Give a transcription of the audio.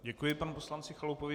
Děkuji panu poslanci Chalupovi.